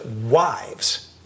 wives